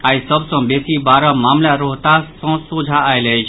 आई सभ सँ बेसी बारह मामिला रोहतास सँ सोझा आयल अछि